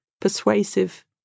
persuasive